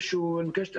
המכובדת,